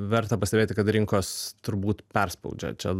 verta pastebėti kad rinkos turbūt perspaudžia čia